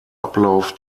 ablauf